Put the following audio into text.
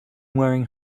wearing